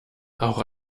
auch